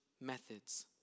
methods